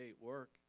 work